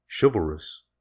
chivalrous